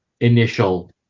initial